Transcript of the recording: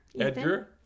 Edgar